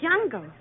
jungle